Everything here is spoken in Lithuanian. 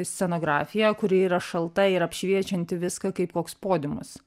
scenografiją kuri yra šalta ir apšviečianti viską kaip koks podiumas